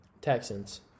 Texans